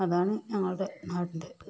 അതാണ് ഞങ്ങളുടെ നാടിന്റെ ഇത്